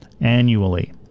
annually